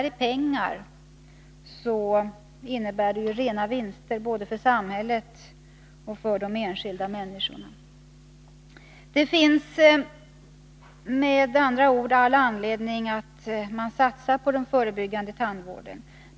I pengar innebär det rena vinster både för samhället och för de enskilda människorna. Det finns med andra ord all anledning att satsa på den förebyggande tandvården.